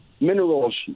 minerals